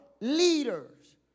leaders